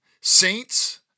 Saints